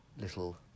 little